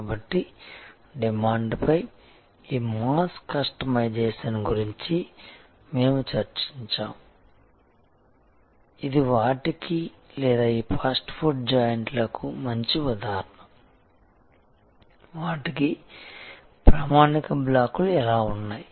కాబట్టి డిమాండ్పై ఈ మాస్ కస్టమైజేషన్ గురించి మేము చర్చించాము ఇది వాటికి లేదా ఈ ఫాస్ట్ ఫుడ్ జాయింట్లకు మంచి ఉదాహరణ వాటికి ప్రామాణిక బ్లాక్లు ఎలా ఉన్నాయి